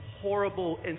horrible